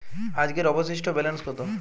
আজকের অবশিষ্ট ব্যালেন্স কত?